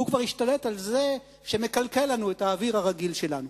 הוא כבר השתלט על זה שמקלקל לנו את האוויר הרגיל שלנו.